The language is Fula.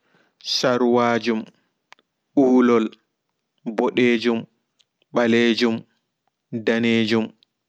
Sarwaarjum uulol ɓodejum ɓalejum danejum